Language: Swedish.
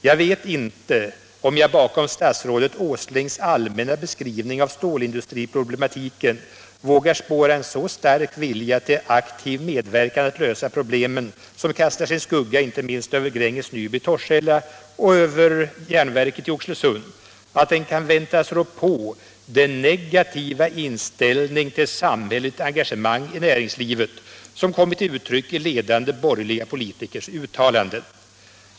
Jag vet inte om jag bakom statsrådet Åslings all — säkra sysselsättmänna beskrivning av stålindustriproblematiken vågar spåra en så stark — ningen inom vilja till aktiv medverkan att lösa problemen, som kastar sin skugga Jjärn och stålinduinte minst över Gränges Nyby i Torshälla och över järnverket i Ox = strin, m.m. elösund, att den kan väntas rå på den negativa inställning till samhälleligt engagemang i näringslivet som kommit till uttryck i ledande borgerliga politikers uttalanden.